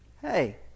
Hey